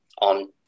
on